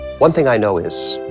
one thing i know is,